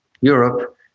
Europe